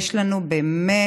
יש לנו באמת